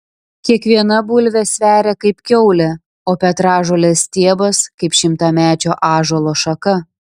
kiekviena bulvė sveria kaip kiaulė o petražolės stiebas kaip šimtamečio ąžuolo šaka